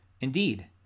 Indeed